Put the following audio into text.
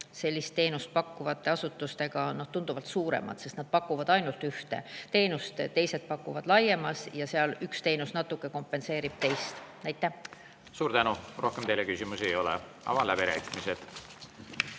sellist teenust pakkuvate asutuste kuludega tunduvalt suuremad, kuna nad pakuvad ainult ühte teenust, teised pakuvad laiemas valikus ja siis üks teenus natuke kompenseerib teist. Suur tänu! Rohkem teile küsimusi ei ole. Avan läbirääkimised.